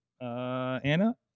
Anna